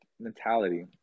mentality